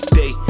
day